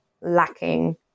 lacking